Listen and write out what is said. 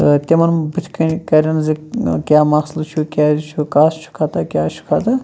تہٕ تِمَن بُتھِ کَنہِ کَرن زِ کیٛاہ مسلہٕ چھُ کیٛازِ چھُ کَس چھُ خطا کَس چھُ کَھسان